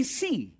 see